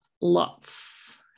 lots